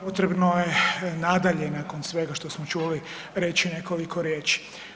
potrebno je i nadalje nakon svega što smo čuli reći nekoliko riječi.